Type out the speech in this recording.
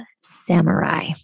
samurai